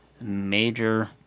major